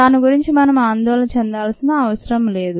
దాని గురించి మనం ఆందోళన చెందాల్సిన అవసరం లేదు